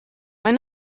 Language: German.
mein